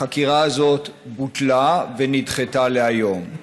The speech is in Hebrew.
החקירה הזאת בוטלה ונדחתה להיום,